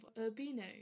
Urbino